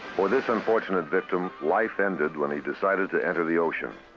for this unfortunate victim, life ended when he decided to enter the ocean.